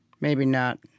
maybe not